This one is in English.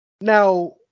now